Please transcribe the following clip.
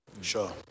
Sure